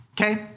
okay